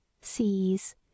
sees